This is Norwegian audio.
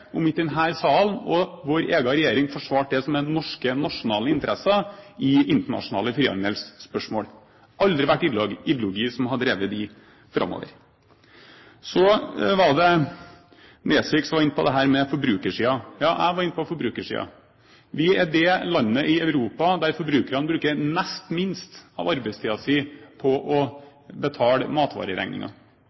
om ikke denne salen og vår egen regjering forsvarte det som er norske nasjonale interesser i internasjonale frihandelsspørsmål. Det har aldri vært ideologi som har drevet det framover. Så var det Nesvik som var inne på dette med forbrukersiden – ja, jeg var inne på forbrukersiden. Vi er det landet i Europa der forbrukerne bruker nest minst av arbeidstiden sin på å betale